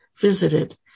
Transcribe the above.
visited